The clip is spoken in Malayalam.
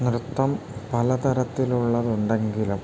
നൃത്തം പലതരത്തിലുള്ളതുണ്ടെങ്കിലും